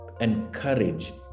encourage